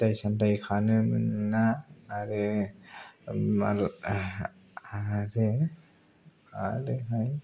आरो फिथाइ सामथाइ खानो मोना आरो आरो आरोहाय